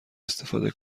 استفاده